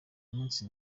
munsi